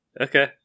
Okay